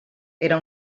era